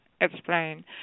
explain